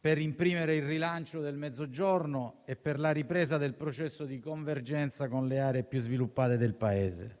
per avviare il rilancio del Mezzogiorno e per la ripresa del processo di convergenza con le aree più sviluppate del Paese.